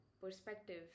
perspective